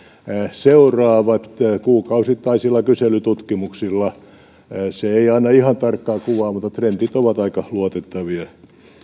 seuraavat kuukausittaisilla kyselytutkimuksilla se ei anna ihan tarkkaa kuvaa mutta trendit ovat aika luotettavia